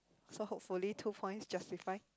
so hopefully two points justify